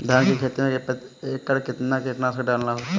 धान की खेती में प्रति एकड़ कितना कीटनाशक डालना होता है?